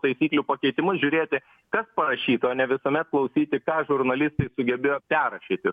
taisyklių pakeitimus žiūrėti kas parašyta o ne visuomet klausyti ką žurnalistai sugebėjo perrašyti